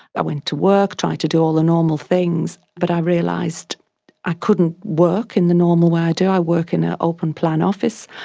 i went to work, tried to do all the normal things, but i realised i couldn't work in the normal way i do. i work in an open plan office,